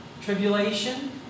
tribulation